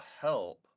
help